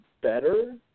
better